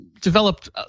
developed